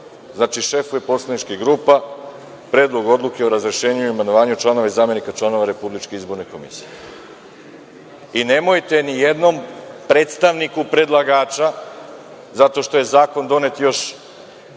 znači šefovi poslaničkih grupa, Predlog odluke o razrešenju i imenovanju članova i zamenika članova RIK-a. Nemojte nijednom predstavniku predlagača, zato što je zakon donet još